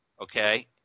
Okay